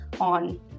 on